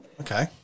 Okay